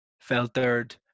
filtered